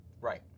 Right